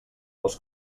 dels